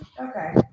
okay